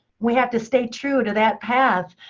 we have to stay true to that path,